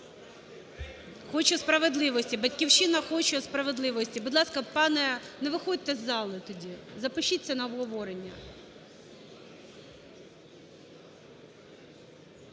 Хоче справедливості, "Батьківщина" хоче справедливості. Будь ласка, пане… Не виходьте з зали тоді, запишіться на обговорення.